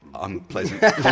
unpleasant